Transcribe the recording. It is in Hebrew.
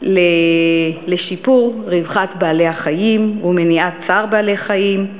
לשיפור רווחת בעלי-החיים ומניעת צער בעלי-חיים.